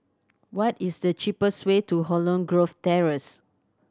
what is the cheapest way to Holland Grove Terrace